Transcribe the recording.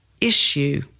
issue